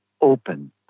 open